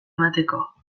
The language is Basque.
emateko